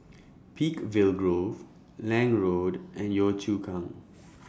Peakville Grove Lange Road and Yio Chu Kang